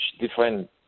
different